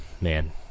man